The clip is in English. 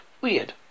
Weird